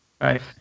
Right